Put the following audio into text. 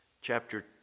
chapter